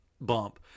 bump